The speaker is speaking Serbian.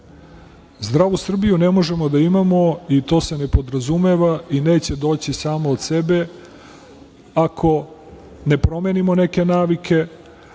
Zdravu Srbiju ne možemo da imamo i to se ne podrazumeva i neće doći samo od sebe ako ne promenimo neke navike,